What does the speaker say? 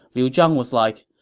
liu zhang was like,